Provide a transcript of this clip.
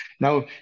Now